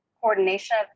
Coordination